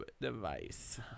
device